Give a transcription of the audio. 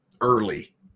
early